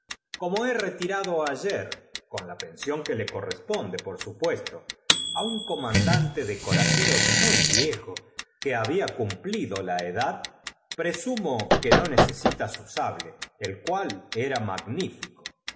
como he retirado ayer con la pensión que le corresponde por supuesto á un comandante de ceraceros muy viejo que había cumplido la edad presumo que no necesita su sable el cual era